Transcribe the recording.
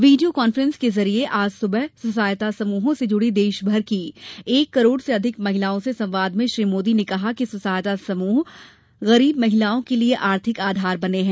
video conference के ज़रिये आज सुबह सहायता समूहों से जुड़ी देशभर की एक करोड़ से अधिक महिलाओं से संवाद में श्री मोदी ने कहा कि स्व सहायता समूह गरीब महिलाओं के लिए आर्थिक आधार बने हैं